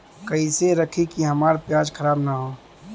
कइसे रखी कि हमार प्याज खराब न हो?